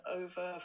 over